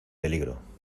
peligro